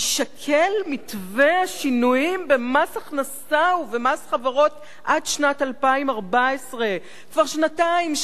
"יישקל מתווה שינויים במס הכנסה ובמס חברות עד שנת 2014". כבר שנתיים,